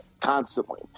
constantly